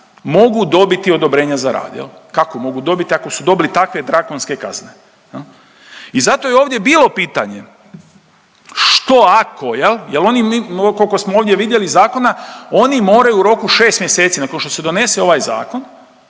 mogu dobiti odobrenje za rad, kako mogu dobiti ako su dobili takve drakonske kazne. I zato je ovdje bilo pitanje što ako, jel oni koliko smo ovdje vidjeli iz zakona oni moraju u roku 6 mjeseci nakon što se donese ovaj zakon,